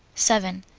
seven.